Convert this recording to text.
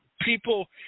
people –